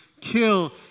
kill